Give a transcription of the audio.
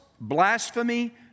blasphemy